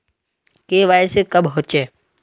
KYC कब होचे?